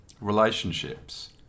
relationships